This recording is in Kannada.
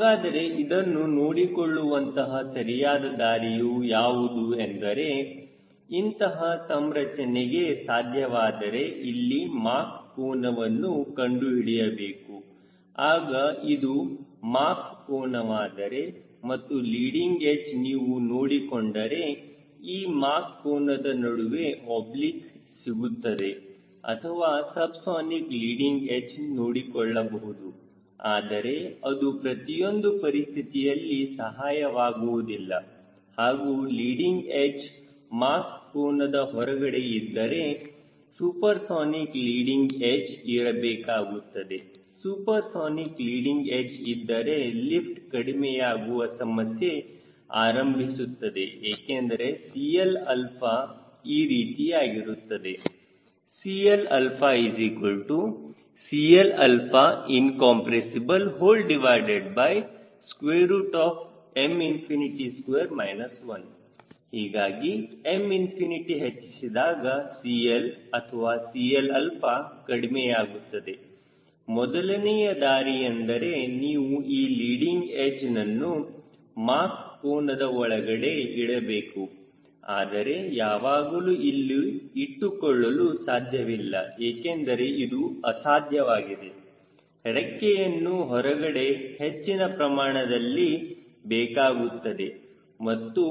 ಹಾಗಾದರೆ ಇದನ್ನು ನೋಡಿಕೊಳ್ಳುವಂತಹ ಸರಿಯಾದ ದಾರಿಯೂ ಯಾವುದು ಅಂದರೆ ಇಂತಹ ಸಂರಚನೆಗೆ ಸಾಧ್ಯವಾದರೆ ಇಲ್ಲಿ ಮಾಕ್ ಕೋನವನ್ನು ಕಂಡುಹಿಡಿಯಬೇಕು ಆಗ ಇದು ಮಾಕ್ ಕೋನವಾದರೆ ಮತ್ತು ಲೀಡಿಂಗ್ ಎಡ್ಚ್ ನೀವು ನೋಡಿಕೊಂಡರೆ ಈ ಮಾಕ್ ಕೋನದ ನಡುವೆ ಓಬ್ಲಿಕ್ ಸಿಗುತ್ತದೆ ಅಥವಾ ಸಬ್ಸಾನಿಕ್ ಲೀಡಿಂಗ್ ಎಡ್ಚ್ ನೋಡಿಕೊಳ್ಳಬಹುದು ಆದರೆ ಅದು ಪ್ರತಿಯೊಂದು ಪರಿಸ್ಥಿತಿಯಲ್ಲಿ ಸಹಾಯವಾಗುವುದಿಲ್ಲ ಹಾಗೂ ಲೀಡಿಂಗ್ ಎಡ್ಚ್ ಮಾಕ್ ಕೋನದ ಹೊರಗಡೆ ಇದ್ದರೆ ಸೂಪರ್ಸೋನಿಕ್ ಲೀಡಿಂಗ್ ಎಡ್ಚ್ ಇರಬೇಕಾಗುತ್ತದೆ ಸೂಪರ್ಸೋನಿಕ್ ಲೀಡಿಂಗ್ ಎಡ್ಚ್ ಇದ್ದರೆ ಲಿಫ್ಟ್ ಕಡಿಮೆಯಾಗುವ ಸಮಸ್ಯೆ ಆರಂಭಿಸುತ್ತದೆ ಏಕೆಂದರೆ CLα ಈ ರೀತಿಯಾಗಿರುತ್ತದೆ CLCLincompM2 1 ಹೀಗಾಗಿ Mꝏ ಹೆಚ್ಚಿಸಿದಾಗ CL ಅಥವಾ CLα ಕಡಿಮೆಯಾಗುತ್ತದೆ ಮೊದಲನೆಯ ದಾರಿಯೆಂದರೆ ನೀವು ಈ ಲೀಡಿಂಗ್ ಎಡ್ಚ್ ನನ್ನು ಮಾಕ್ ಕೋನದ ಒಳಗಡೆ ಇಡಬೇಕು ಆದರೆ ಯಾವಾಗಲೂ ಅಲ್ಲಿ ಇಟ್ಟುಕೊಳ್ಳಲು ಸಾಧ್ಯವಿಲ್ಲ ಏಕೆಂದರೆ ಇದು ಅಸಾಧ್ಯವಾಗಿದೆ ರೆಕ್ಕೆಯನ್ನು ಹೊರಗಡೆ ಹೆಚ್ಚಿನ ಪ್ರಮಾಣದಲ್ಲಿ ಬೇಕಾಗುತ್ತದೆ ಮತ್ತು